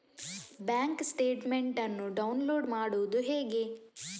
Bank statement ಅನ್ನು download ಮಾಡುವುದು ಹೇಗೆ?